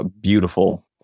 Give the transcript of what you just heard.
beautiful